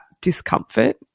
discomfort